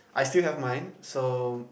I still have mine so